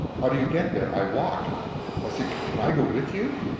how do you get there? i walk. so i said, can i go with you?